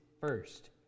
first